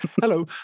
Hello